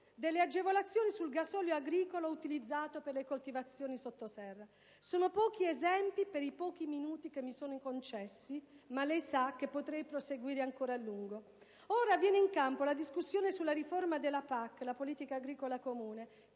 delle agevolazioni sul gasolio agricolo utilizzato per le coltivazioni sotto serra. Sono pochi esempi per i pochi minuti che mi sono concessi, ma lei sa, signor Sottosegretario, che potrei proseguire ancora a lungo. Ora viene in campo la discussione sulla riforma della PAC, la politica agricola comune,